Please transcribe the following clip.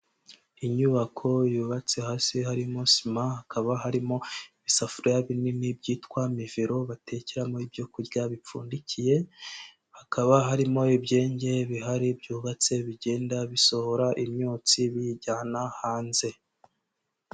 Inyubako yubatse hasi harimo sima, hakaba harimo ibisafuriya binini byitwa mivero batekeramo ibyo kurya bipfundikiye, hakaba harimo ibyenge bihari byubatse bigenda bisohora imyotsi biyijyana hanze.